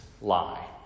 lie